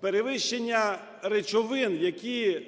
Перевищення речовин, які